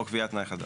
או קביעת תנאי חדש.